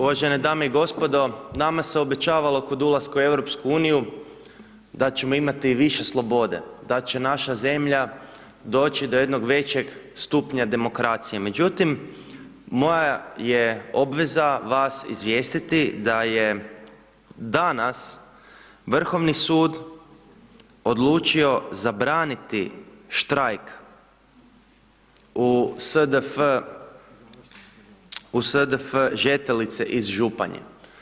Uvažene dame i gospodo, nama se obećavala kod ulaska u EU, da ćemo imati više slobode, da će naša zemlja doći do jednog većeg stupanja demokracije, međutim, moja je obveza vas izvijestiti da je danas, Vrhovni sud odlučio zabraniti štrajk u SDF Žetelice iz Županje.